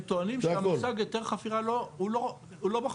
הם טוענים שהמושג היתר חפירה לא, הוא לא בחוק.